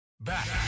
Back